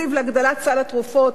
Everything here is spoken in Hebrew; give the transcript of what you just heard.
תקציב להגדלת סל התרופות,